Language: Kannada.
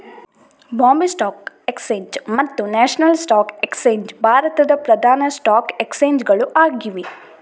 ಬಾಂಬೆ ಸ್ಟಾಕ್ ಎಕ್ಸ್ಚೇಂಜ್ ಮತ್ತು ನ್ಯಾಷನಲ್ ಸ್ಟಾಕ್ ಎಕ್ಸ್ಚೇಂಜ್ ಭಾರತದ ಪ್ರಧಾನ ಸ್ಟಾಕ್ ಎಕ್ಸ್ಚೇಂಜ್ ಗಳು ಆಗಿವೆ